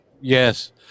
Yes